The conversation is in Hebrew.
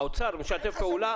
האוצר משתף פעולה?